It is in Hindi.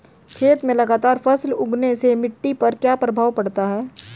खेत में लगातार फसल उगाने से मिट्टी पर क्या प्रभाव पड़ता है?